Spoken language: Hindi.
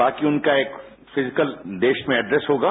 बाकी उनका एक फिजिकल देश में एड्रेस होगा